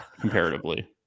comparatively